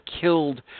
killed